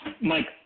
Mike